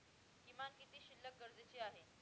किमान किती शिल्लक गरजेची आहे?